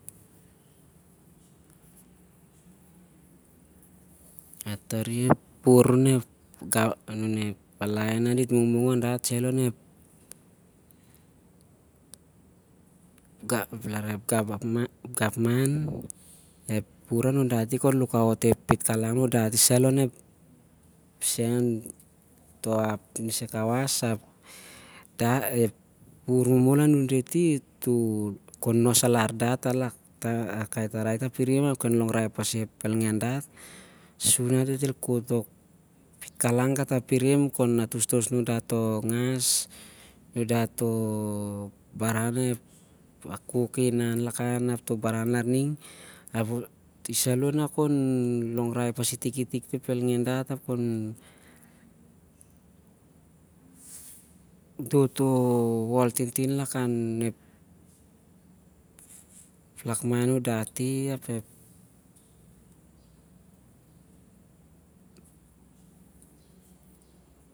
Tari ep wuvur onep tarai nah dit mungmung on dat ting onep gapman, itik khon nos alar ep pitkalang anun dati ontoh pukun sai kawas, ap ep wuvur momol anun dit- i khon nosalar data ep tarai ta pirim, ap dit khep pas ep elngen dat su nah dit khes onep pal neh gapman ap dit el khot onep pal neh gapman ap dit el khot tok pitkalang katahpirim khonep ngas, ap khon dot toh wol tintin kanlakan dat.